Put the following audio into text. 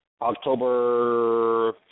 October